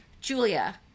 Julia